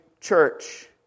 church